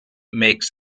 makes